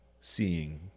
seeing